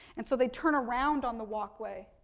and so, they turn around on the walkway.